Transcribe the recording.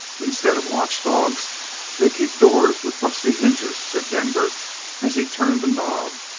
instead of watchdogs they keep doors with rusty hinges, said denver as he turned the knob,